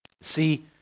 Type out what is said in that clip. see